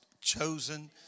chosen